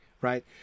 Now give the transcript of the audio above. right